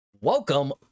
Welcome